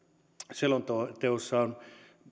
selonteossa on